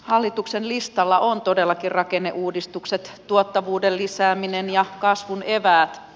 hallituksen listalla on todellakin rakenneuudistukset tuottavuuden lisääminen ja kasvun eväät